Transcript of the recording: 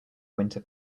winter